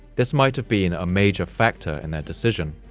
this might have been a major factor in their decision.